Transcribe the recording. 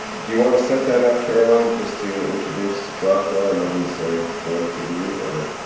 do you wanna set that up caroline, just to introduce gatua and when he's so going to read or.